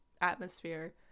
atmosphere